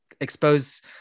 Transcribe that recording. expose